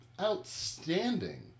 Outstanding